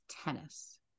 tennis